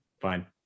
Fine